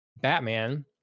Batman